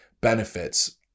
benefits